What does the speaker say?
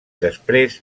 després